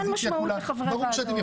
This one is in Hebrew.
גם במקרה שבו שהיה